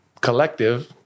collective